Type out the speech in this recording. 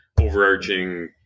overarching